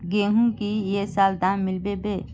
गेंहू की ये साल दाम मिलबे बे?